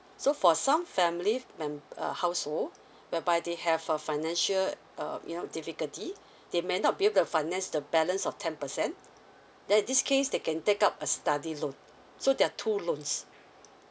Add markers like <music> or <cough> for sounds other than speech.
so for some family mem~ uh household <breath> whereby they have a financial uh you know difficulty <breath> they may not be able to finance the balance of ten percent then in this case they can take up a study loan so there are two loans